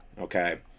Okay